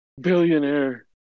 billionaire